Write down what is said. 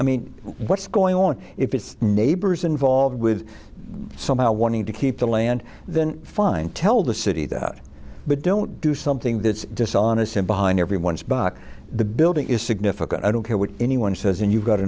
i mean what's going on if your neighbors involved with somehow wanting to keep the land then fine tell the city that but don't do something that's dishonest and behind everyone's bought the building is significant i don't care what anyone says and you've got